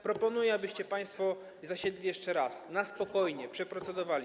Proponuję, abyście państwo zasiedli jeszcze raz, na spokojnie nad tym procedowali.